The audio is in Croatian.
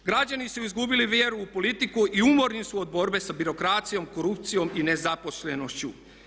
Građani su izgubili vjeru u politiku i umorni su od borbe sa birokracijom, korupcijom i nezaposlenošću.